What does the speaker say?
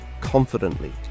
confidently